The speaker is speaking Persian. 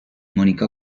مونیکا